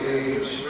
age